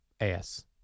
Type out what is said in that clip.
ass